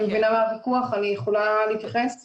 אנחנו מבינים מה המשמעות להתחיל להתווכח אם